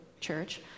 church